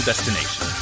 Destination